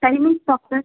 timings doctor